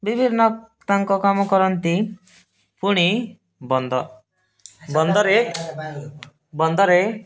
ବିଭିନ୍ନ ତାଙ୍କ କାମ କରନ୍ତି ପୁଣି ବନ୍ଧ ବନ୍ଧରେ ବନ୍ଧରେ